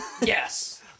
Yes